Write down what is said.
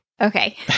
Okay